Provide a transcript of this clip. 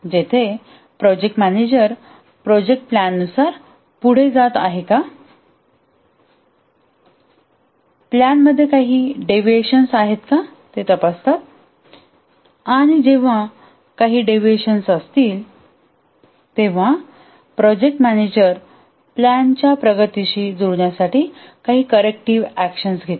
जेथे project manager project plan नुसार पुढे जात आहे का प्लॅन मध्ये काही डेव्हिएशन्स आहेत ते तपासतो आणि जेव्हा काही डेव्हिएशन्स असतील तेव्हा प्रोजेक्ट मॅनेजर प्लॅन च्या प्रगतीशी जुळण्यासाठी करेक्टिव्ह अकॅशन्स घेतात